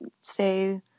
stay